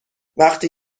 وفتی